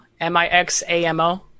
M-I-X-A-M-O